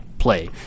Play